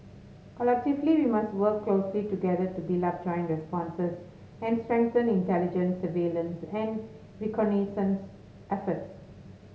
collectively we must work closely together to build up joint responses and strengthen intelligence surveillance and reconnaissance efforts